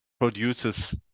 produces